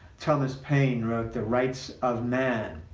thomas paine wrote the rights of man.